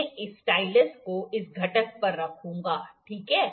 मैं इस स्टाइलस को इस घटक पर रखूँगा ठीक है